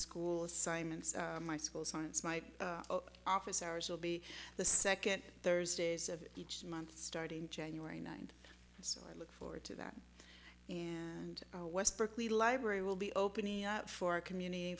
school assignments my school science my office hours will be the second thursdays of each month starting january ninth so i look forward to that and west berkeley library will be opening for a community